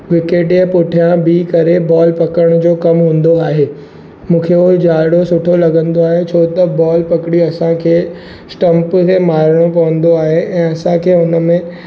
wicket या पुठिया बीह करे बॉल पकड़नि जो कमु हूंदो आहे मूंखे हो झाडो सुठो लॻंदो आहे छो त बॉल पकड़ी असांखे स्टम्प ते मारिणो पवंदो आहे ऐं असांखे हुन में